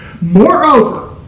moreover